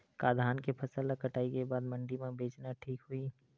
का धान के फसल ल कटाई के बाद मंडी म बेचना ठीक होही?